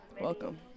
Welcome